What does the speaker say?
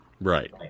Right